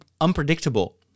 unpredictable